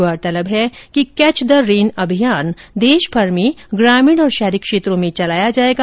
गौरतलब है कि कैच द रेन अभियान देशभर में ग्रामीण और शहरी क्षेत्रों में चलाया जायेगा